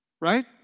right